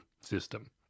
system